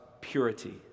purity